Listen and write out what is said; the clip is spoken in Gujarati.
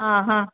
હા હા